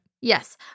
Yes